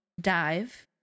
dive